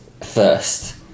first